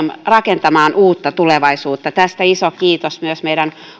rakentamaan uutta tulevaisuutta tästä iso kiitos myös meidän